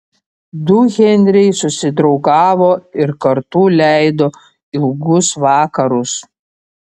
du henriai susidraugavo ir kartu leido ilgus vakarus